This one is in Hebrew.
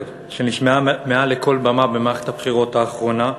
שנשמעה מעל כל במה במערכת הבחירות האחרונה.